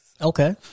Okay